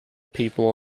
people